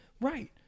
Right